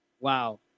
Wow